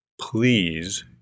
please